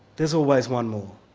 there's always one more.